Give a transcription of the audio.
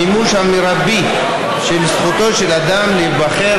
המימוש המרבי של זכותו של אדם להיבחר